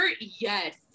Yes